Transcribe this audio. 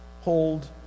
hold